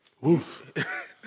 Woof